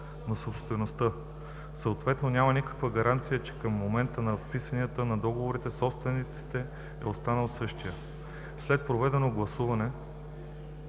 на собствеността. Съответно няма никаква гаранция, че към момента на вписване на договора собствеността е останала същата. След проведените